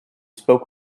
spoke